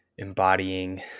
embodying